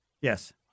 Yes